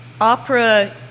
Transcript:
opera